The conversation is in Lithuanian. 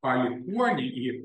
palikuonį į